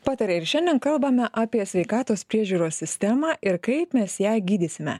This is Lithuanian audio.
pataria ir šiandien kalbame apie sveikatos priežiūros sistemą ir kaip mes ją gydysime